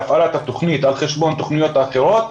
להפעלת התוכנית על חשבון תוכניות אחרות,